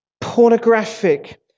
pornographic